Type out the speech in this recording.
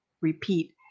repeat